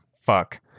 fuck